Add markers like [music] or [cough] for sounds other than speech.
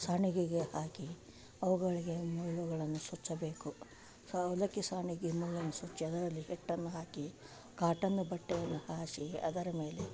ಸಾಣಿಗೆಗೆ ಹಾಕಿ ಅವುಗಳಿಗೆ ಮುಳ್ಳುಗಳನ್ನು ಚುಚ್ಚಬೇಕು ಸ ಅವಲಕ್ಕಿ ಸಾಣಿಗೆ [unintelligible] ಅದರಲ್ಲಿ ಹಿಟ್ಟನ್ನು ಹಾಕಿ ಕಾಟನ್ ಬಟ್ಟೆಯನ್ನು ಹಾಸಿ ಅದರ ಮೇಲೆ